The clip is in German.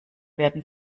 werden